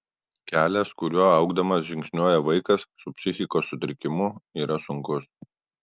kelias kuriuo augdamas žingsniuoja vaikas su psichikos sutrikimu yra sunkus